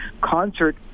concert